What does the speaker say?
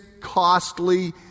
costly